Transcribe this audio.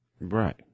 Right